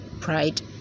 pride